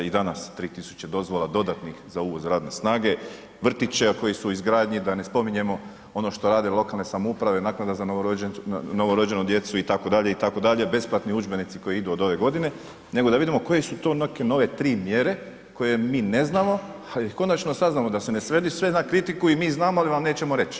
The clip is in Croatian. I danas 3 tisuće dozvola dodatnih za uvoz radne snage, vrtići koji su u izgradnji, da ne spominjemo ono što rade lokalne samouprave, naknada za novorođenu djecu itd., itd. besplatni udžbenici koji idu od ove godine, nego da vidimo koje su to neke nove tri mjere koje mi ne znamo da konačno saznamo da se ne svede sve na kritiku i mi znamo ali vam nećemo reći.